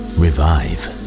revive